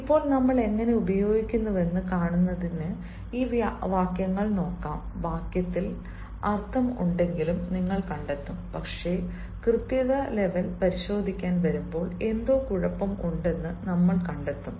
ഇപ്പോൾ നമ്മൾ എങ്ങനെ ഉപയോഗിക്കുന്നുവെന്ന് കാണുന്നതിന് ഈ വാക്യങ്ങൾ നോക്കാം വാക്യത്തിൽ അർത്ഥം ഉണ്ടെങ്കിലും നിങ്ങൾ കണ്ടെത്തും പക്ഷേ കൃത്യത ലെവൽ പരിശോധിക്കാൻ വരുമ്പോൾ എന്തോ കുഴപ്പം ഉണ്ടെന്ന് നമ്മൾ കണ്ടെത്തും